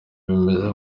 bimeze